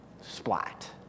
splat